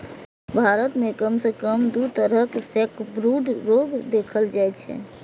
भारत मे कम सं कम दू तरहक सैकब्रूड रोग देखल जाइ छै